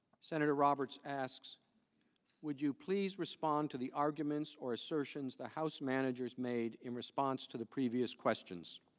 senator roberts asked would you please respond to the arguments or assertions the house management made in response to the previous questions.